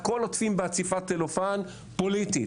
הכל עוטפים בעטיפת צלופן פוליטית,